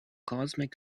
cosmic